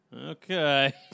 Okay